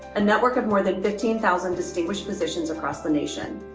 a network of more than fifteen thousand distinguished physicians across the nation.